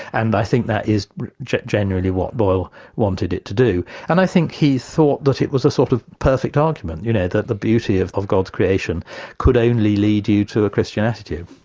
and i think that is genuinely what boyle wanted it to do, and i think he thought that it was a sort of perfect argument, you know, that the beauty of of god's creation could only lead you to a christian and